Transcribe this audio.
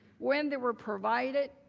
when they were provided,